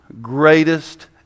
greatest